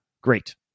great